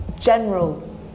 general